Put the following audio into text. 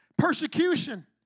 persecution